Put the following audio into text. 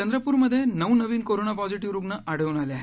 चंद्रपूरमधे नऊ नवीन corona positive रुग्ण आढळून आले आहेत